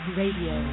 radio